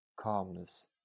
calmness